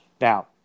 Now